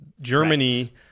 Germany